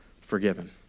forgiven